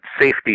safety